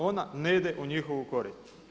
Ona ne ide u njihovu korist.